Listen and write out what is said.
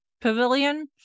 pavilion